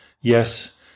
Yes